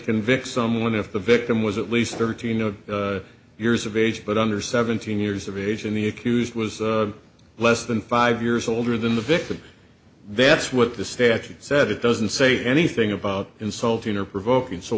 convict someone if the victim was at least thirteen years of age but under seventeen years of age and the accused was less than five years older than the victim that's what the statute said it doesn't say anything about insulting or provoking so